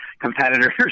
competitors